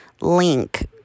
link